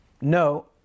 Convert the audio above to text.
No